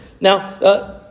Now